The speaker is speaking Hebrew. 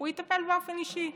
הוא יטפל באופן אישי.